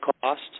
cost